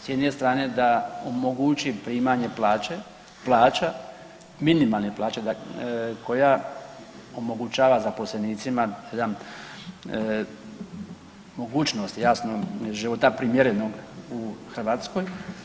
S jedne strane da omogući primanje plaće, plaća, minimalnih plaća koja omogućava zaposlenicima jedan mogućnost jasno života primjerenog u Hrvatskoj.